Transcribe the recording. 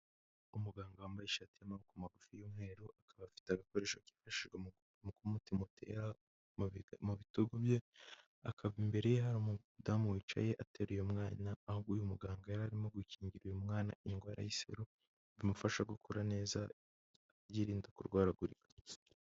Umuganga wambaye ishati y'amaboko magufi y'umweru, akaba afite agakoresho gakoreshwa mu gupima uko umutima utera mu bitugu bye, imbere ye hari umudamu wicaye ateruye umwana, aho uyu muganga yari arimo gukingira uyu mwana indwara y'iseru imufasha gukura neza yirinda kurwaragurika.